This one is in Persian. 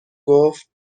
گفت